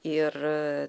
ir a